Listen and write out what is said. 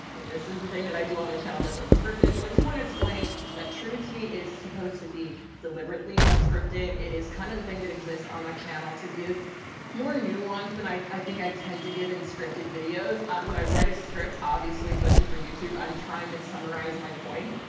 but this is the thing that i do on my channel that's unscripted. so i just want to explain that true tea is supposed to be deliberately unscripted. it is kind of the thing that exists on my channel to give more nuance than i i think i tend to give in scripted videos. when i write a script, obviously, especially for youtube, i'm trying to summarize my points.